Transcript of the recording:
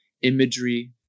imagery